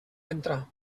entra